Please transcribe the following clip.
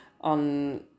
on